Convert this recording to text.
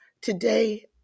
Today